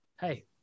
hey